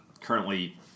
Currently